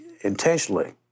intentionally